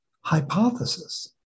hypothesis